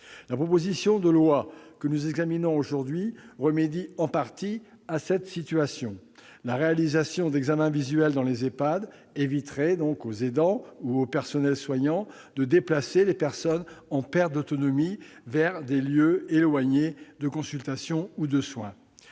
La proposition de loi que nous examinons aujourd'hui remédie en partie à cette situation. La réalisation d'examens visuels dans les EHPAD épargnerait aux aidants ou au personnel soignant de devoir déplacer les personnes en perte d'autonomie vers des lieux éloignés en vue d'une consultation ou de soins.